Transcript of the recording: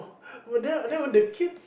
would the that would the kids